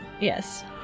Yes